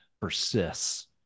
persists